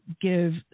give